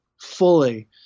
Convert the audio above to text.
fully